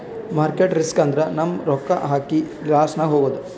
market risk ಅಂದುರ್ ನಮ್ ರೊಕ್ಕಾ ಹಾಕಿ ಲಾಸ್ನಾಗ್ ಹೋಗದ್